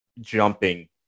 jumping